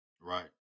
right